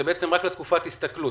זה רק לתקופת הסתכלות?